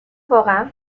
واقعا